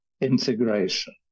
integration